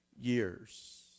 years